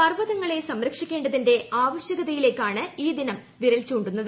പർവ്വതങ്ങളെ സംരക്ഷിക്കേണ്ടതിന്റെ ആവശ്യകതയിലേക്കാണ് ഈ ദിനം വിരൽ ചൂണ്ടുന്നത്